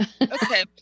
Okay